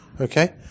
okay